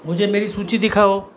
मुझे मेरी सूची दिखाओ